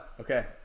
Okay